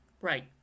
right